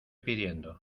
pidiendo